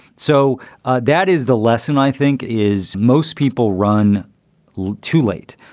so that is the lesson i think is most people run too late.